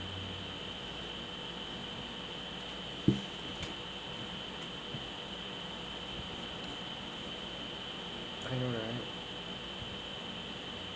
I know right